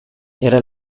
era